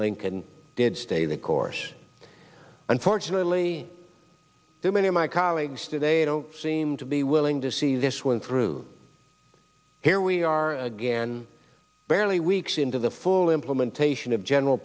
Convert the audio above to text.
lincoln did stay the course unfortunately too many of my colleagues today don't seem to be willing to see this one through here we are again barely weeks into the full implementation of general